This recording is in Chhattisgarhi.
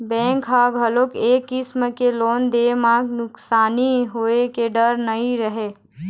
बेंक ह घलोक ए किसम के लोन दे म नुकसानी होए के डर नइ रहय